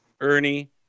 Ernie